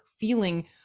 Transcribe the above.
feeling